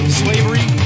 slavery